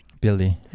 Billy